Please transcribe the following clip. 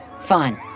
Fun